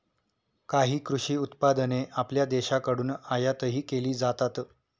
काही कृषी उत्पादने आपल्या देशाकडून आयातही केली जातात